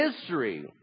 history